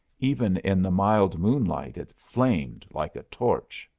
even in the mild moonlight it flamed like a torch.